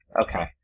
Okay